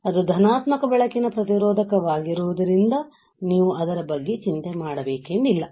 ಅದು ಧನಾತ್ಮಕ ಬೆಳಕಿನ ಪ್ರತಿರೋಧಕವಾಗಿರುವುದರಿಂದ ನೀವು ಅದರ ಬಗ್ಗೆ ಚಿಂತೆ ಮಾಡಬೇಕೆಂದಿಲ್ಲ